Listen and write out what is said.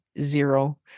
zero